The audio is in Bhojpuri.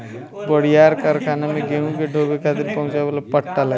बड़ियार कारखाना में गेहूं के ढोवे खातिर पहुंचावे वाला पट्टा लगेला